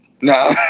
no